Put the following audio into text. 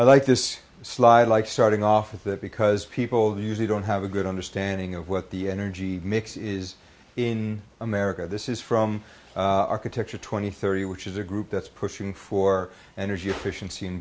i like this slide like starting off with it because people usually don't have a good understanding of what the energy mix is in america this is from architecture twenty thirty which is a group that's pushing for energy